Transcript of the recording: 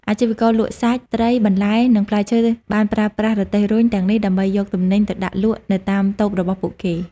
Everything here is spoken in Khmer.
អាជីវករលក់សាច់ ត្រី បន្លែ និងផ្លែឈើបានប្រើប្រាស់រទេះរុញទាំងនេះដើម្បីយកទំនិញទៅដាក់លក់នៅតាមតូបរបស់ពួកគេ។